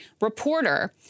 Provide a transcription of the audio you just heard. reporter